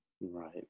Right